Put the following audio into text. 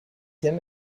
him